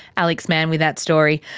alex mann with that story.